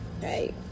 hey